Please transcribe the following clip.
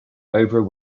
oprah